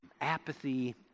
apathy